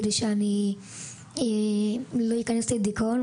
כדי שלא אכנס לדיכאון,